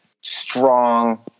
strong